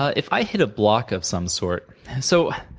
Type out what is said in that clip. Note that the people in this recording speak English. if i hit a block of some sort so,